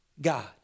God